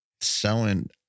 Selling